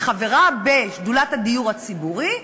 כחברה בשדולת הדיור הציבורי,